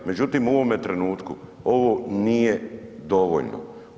Međutim, u ovome trenutku ovo nije dovoljno.